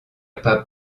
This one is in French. pas